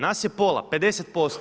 Nas je pola, 50%